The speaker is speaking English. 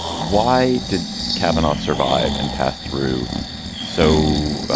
why did kavanaugh survive and pass through so